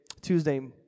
Tuesday